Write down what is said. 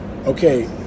Okay